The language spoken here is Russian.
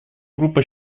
группа